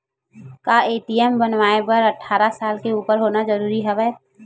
का ए.टी.एम बनवाय बर अट्ठारह साल के उपर होना जरूरी हवय?